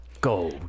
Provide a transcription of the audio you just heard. go